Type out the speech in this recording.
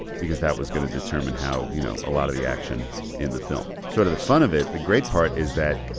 because that was going to determine how, you know a lot of the action in the film. sort of the fun of it, the great part is that,